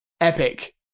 Epic